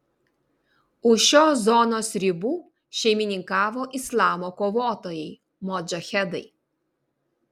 už šios zonos ribų šeimininkavo islamo kovotojai modžahedai